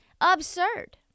absurd